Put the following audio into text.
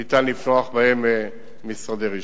ניתן לפתוח בהם משרדי רישוי.